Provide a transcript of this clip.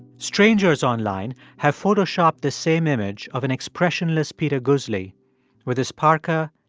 strangers online have photoshopped the same image of an expressionless peter guzli with his parka,